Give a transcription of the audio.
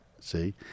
See